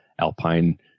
Alpine